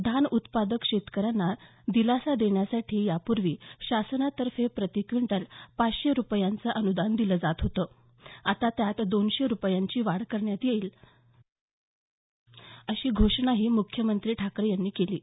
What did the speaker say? धान उत्पादक शेतकऱ्यांना दिलासा देण्यासाठी यापूर्वी शासनातर्फे प्रति क्विंटल पाचशे रुपयांचं अनुदान दिलं जात होते आता त्यात दोनशे रुपयांची वाढ करण्यात येईल अशी घोषणाही मुख्यमंत्री ठाकरे यांनी केली आहे